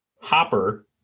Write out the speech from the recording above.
Hopper